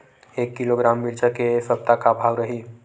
एक किलोग्राम मिरचा के ए सप्ता का भाव रहि?